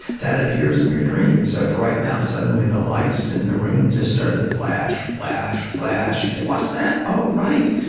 that appears in your dream. so if right now suddenly the lights in the room just started to flash, flash, flash, you'd say, what's that? oh right,